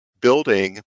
building